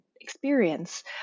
experience